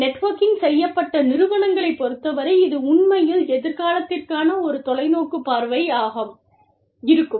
networking செய்யப்பட்ட நிருவனங்களைப் பொருத்தவரை இது உண்மையில் எதிர்காலத்திற்கான ஒரு தொலை நோக்கு பார்வையாக இருக்கும்